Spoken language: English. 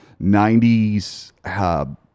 90s